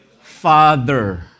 father